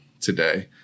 today